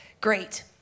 Great